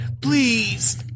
Please